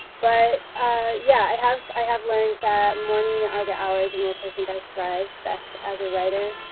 but ah yeah, i have i have learned that morning are the hours in which i think i thrive best as a writer.